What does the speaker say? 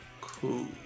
Cool